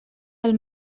del